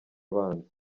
abanza